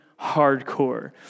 hardcore